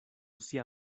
sia